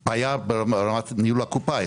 היה ברמת ניהול הקופה.